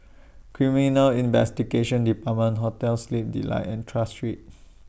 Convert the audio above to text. Criminal Investigation department Hotel Sleep Delight and Tras Street